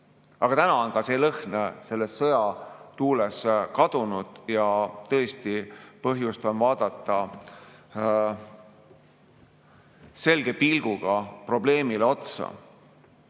Aga täna on ka see lõhn sõjatuules kadunud ja tõesti on põhjust vaadata selge pilguga probleemile otsa.